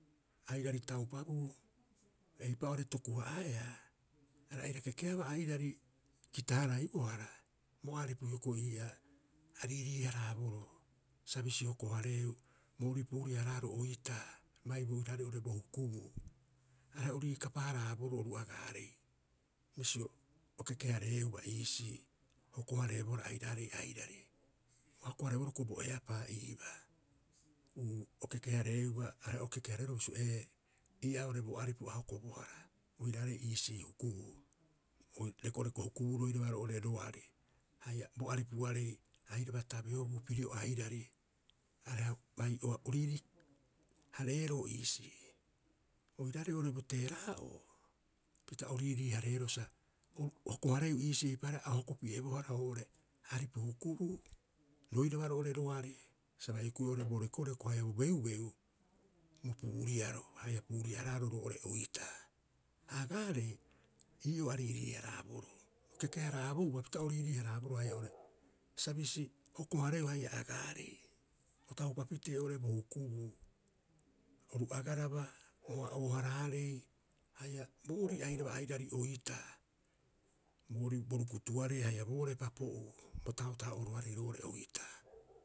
Airari taupabuu eipaa'ore tokuha'aea are aira kekeaba airari kita- haraibohara bo aripu hioko'i ii'aa a riirii- haraaboroo, sa bisi hoko- hareeu boorii puuriaraaro oitaa bai oiraarei oo'ore bo hukubuu. Are o riikapa- haraaboroo oru agaarei bisio o keke- hareeuba iisii, hoko- hareebohara airaarei airari. Ua hoko- hareeboroo hioko'i bo eapaa iibaa, uu o keke- hareeuba are o keke- hareeroo bisio ee, ii'aa bo aripu a hokobohara oiraarei iisii hukubuu, hioko'i rekoreko hukubuu roiraba roo'ore roari haia bo aripuarei airaba tabeobuu pirio airari areha bai o riirii- hareeroo iisii. Ha oiraarei oo'ore bo teeraa'oo pita o riirii- hareeroo sa hoko- hareeu iisii eipaareha a o hokopi'ebohara oo'ore aripu hukubuu roiraba roo'ore roari sa bai huku'oe bo rekoreko haia bo beubeu bo puuriaro haia puuriaraaro roo'ore oitaa. Ha agaarei, ii'oo a riiriiharaaboro, o keke- haraabouba pita o riirii- haraaboroo haia oo'ore sa bisi hoko- hareeu agaarei o taupa pitee oo'ore bo hukubuu oru agaraba, bo a'oo- haraarei haia boorii airaba airari oitaa, boorii bo rukutuarei haia boo'ore papo'uu bo tahotaho'oroarei roo'ore oitaa.